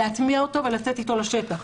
להטמיע אותו ולצאת אתו לשטח.